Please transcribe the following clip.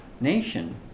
nation